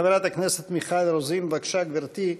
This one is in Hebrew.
חברת הכנסת מיכל רוזין, בבקשה, גברתי.